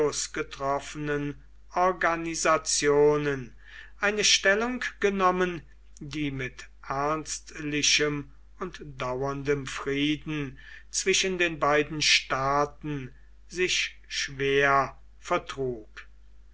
organisationen eine stellung genommen die mit ernstlichem und dauerndem frieden zwischen den beiden staaten sich schwer vertrug